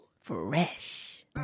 Fresh